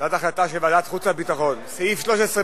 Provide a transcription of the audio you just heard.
הצעת חוק ההתגוננות האזרחית (תיקון מס' 16),